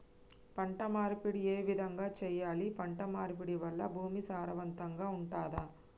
పంట మార్పిడి ఏ విధంగా చెయ్యాలి? పంట మార్పిడి వల్ల భూమి సారవంతంగా ఉంటదా?